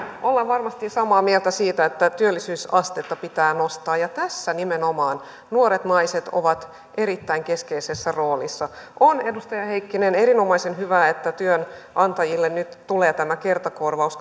ollaan varmasti samaa mieltä siitä että työllisyysastetta pitää nostaa ja tässä nimenomaan nuoret naiset ovat erittäin keskeisessä roolissa on edustaja heikkinen erinomaisen hyvä että työnantajille nyt tulee tämä kahdentuhannenviidensadan kertakorvaus